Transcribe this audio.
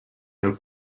del